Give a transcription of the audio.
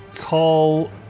Call